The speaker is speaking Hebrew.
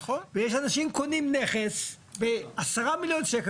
אנשים שקונים נכס בעשרה מיליון שקלים,